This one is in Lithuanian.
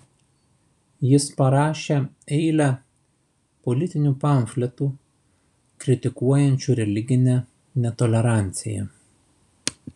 jis parašė eilę politinių pamfletų kritikuojančių religinę netoleranciją